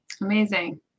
Amazing